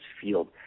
field